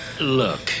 look